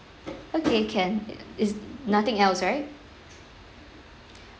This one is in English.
okay can is nothing else right